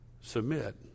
submit